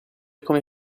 come